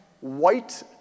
white